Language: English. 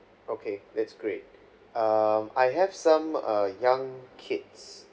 okay that's great um I have some uh young kids